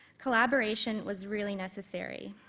collaboration was really necessary,